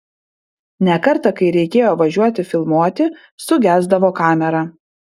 ne kartą kai reikėjo važiuoti filmuoti sugesdavo kamera